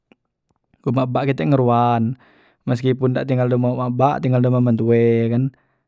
Umak bak kite ngeruan, meskipun dak tinggal di humah umak bak di humah metue kan.